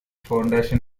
foundation